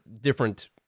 different